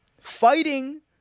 fighting